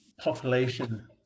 population